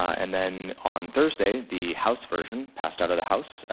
and then on thursday, the house version passed out of the house,